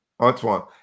Antoine